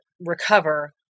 recover